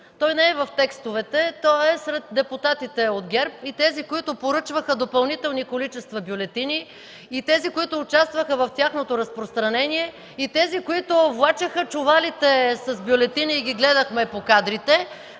той не е в текстовете, той е сред депутатите от ГЕРБ и тези, които поръчваха допълнителни количества бюлетини; и тези, които участваха в тяхното разпространение; и тези, които влачеха чувалите с бюлетини и ги гледахме по кадрите.